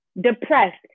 depressed